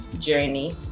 Journey